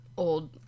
old